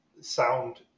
sound